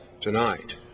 tonight